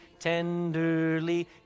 tenderly